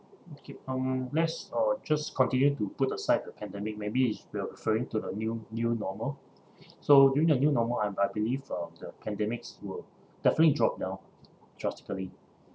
okay um let's uh just continue to put aside the pandemic maybe is we're referring to the new new normal so during a new normal I I believe uh the pandemics will definitely drop down drastically